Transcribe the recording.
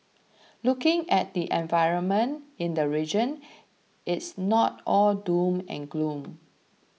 looking at the environment in the region it's not all doom and gloom